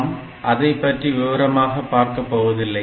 நாம் அதைப் பற்றி விவரமாக பார்க்கப் போவதில்லை